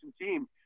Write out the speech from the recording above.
team